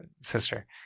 sister